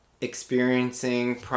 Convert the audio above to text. experiencing